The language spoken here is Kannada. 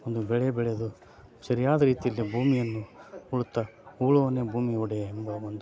ಒಂದು ಬೆಳೆ ಬೆಳೆದು ಸರಿಯಾದ ರೀತಿಯಲ್ಲಿ ಭೂಮಿಯನ್ನು ಉಳುತ್ತಾ ಉಳುವವನೇ ಭೂಮಿ ಒಡೆಯ ಎಂಬ ಒಂದು